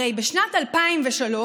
הרי בשנת 2003,